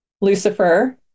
Lucifer